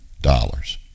dollars